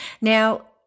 Now